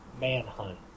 Manhunt